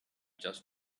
just